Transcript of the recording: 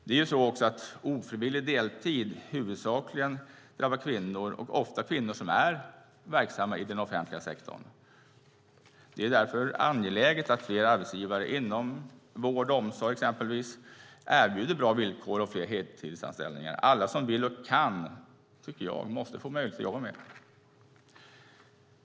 Det är också så att ofrivillig deltid huvudsakligen drabbar kvinnor, ofta kvinnor som är verksamma i den offentliga sektorn. Det är därför angeläget att fler arbetsgivare inom exempelvis vård och omsorg erbjuder bra villkor och fler heltidsanställningar. Alla som vill och kan tycker jag måste få möjlighet att jobba mer.